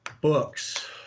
Books